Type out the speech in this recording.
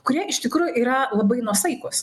kurie iš tikrųjų yra labai nuosaikūs